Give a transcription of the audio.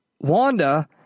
Wanda